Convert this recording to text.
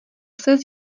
ses